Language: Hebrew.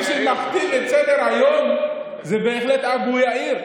מי שמכתיב את סדר-היום זה בהחלט אבו יאיר,